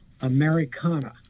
Americana